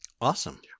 Awesome